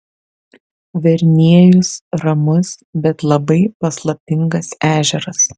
verniejus ramus bet labai paslaptingas ežeras